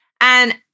And-